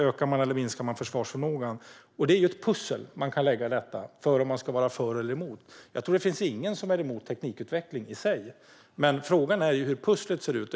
Ökar eller minskar man försvarsförmågan? Det är ett pussel man kan lägga för att se om man ska vara för eller emot. Jag tror inte att det finns någon som är emot teknikutveckling i sig, men frågan är hur pusslet ser ut.